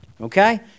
Okay